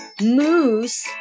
moose